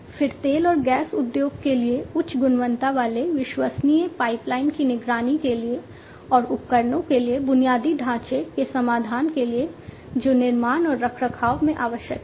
फिर तेल और गैस उद्योग के लिए उच्च गुणवत्ता वाले विश्वसनीय पाइपलाइन की निगरानी के लिए और उपकरणों के लिए बुनियादी ढांचे के समाधान के लिए जो निर्माण और रखरखाव में आवश्यक हैं